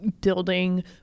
building